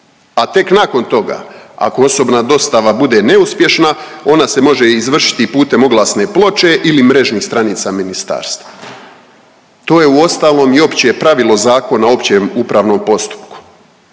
a tek nakon toga ako osobna dostava bude neuspješna ona se može izvršiti i putem oglasne ploče ili mrežnih stranica ministarstva. To je uostalom i opće pravilo Zakona o općem upravnom postupku.